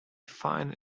find